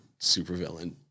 Supervillain